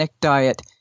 diet